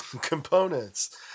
components